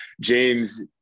James